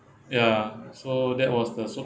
ya so that was the so